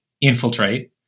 Infiltrate